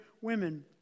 women